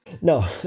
No